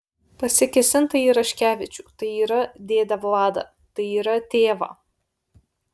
pasikėsinta į raškevičių tai yra dėdę vladą tai yra tėvą